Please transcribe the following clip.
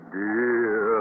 dear